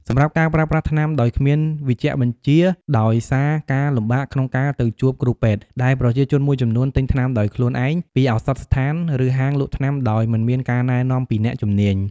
សម្រាប់ការប្រើប្រាស់ថ្នាំដោយគ្មានវេជ្ជបញ្ជាដោយសារការលំបាកក្នុងការទៅជួបគ្រូពេទ្យដែលប្រជាជនមួយចំនួនទិញថ្នាំដោយខ្លួនឯងពីឱសថស្ថាន ឬហាងលក់ថ្នាំដោយមិនមានការណែនាំពីអ្នកជំនាញ។